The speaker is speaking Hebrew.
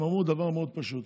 הם אמרו דבר מאוד פשוט.